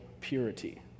purity